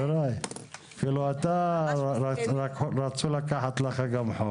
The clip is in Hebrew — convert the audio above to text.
אפילו לך רצו לקחת חוק.